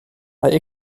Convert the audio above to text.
bei